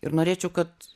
ir norėčiau kad